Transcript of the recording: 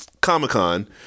Comic-Con